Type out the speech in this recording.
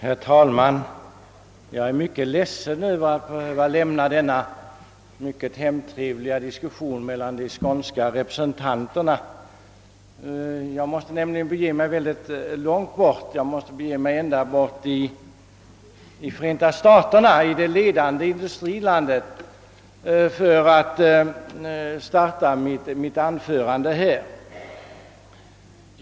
Herr talman! Jag är mycket ledsen över att behöva lämna den mycket hemtrevliga diskussionen mellan de skånska representanterna. Jag måste nämligen bege mig långt bort, ända till Förenta staterna, det ledande industrilandet.